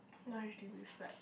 not h_d_b flat